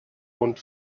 und